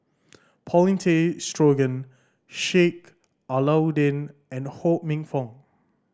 Paulin Tay Straughan Sheik Alau'ddin and Ho Minfong